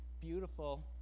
beautiful